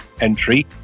entry